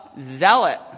zealot